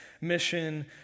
mission